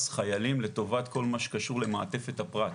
חיילים לטובת כל מה שקשור למעטפת הפרט,